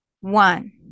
one